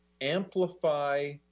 amplify